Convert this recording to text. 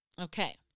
okay